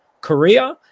korea